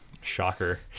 Shocker